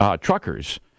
truckers